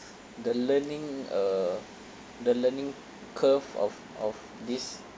the learning uh the learning curve of of this